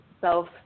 self